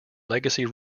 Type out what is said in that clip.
legacy